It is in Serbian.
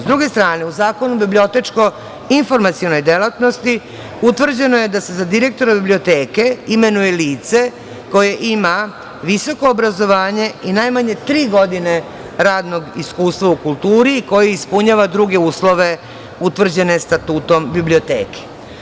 S druge strane, u Zakonu o bibliotečko-informacionoj delatnosti, utvrđeno je da se za direktora biblioteke imenuje lice koje ima visoko obrazovanje i najmanje tri godine radnog iskustva u kulturi, koje ispunjava druge uslove utvrđene statutom biblioteke.